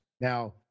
Now